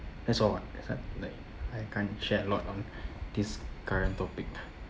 that's all [what] that's why like I can't share a lot on this current topic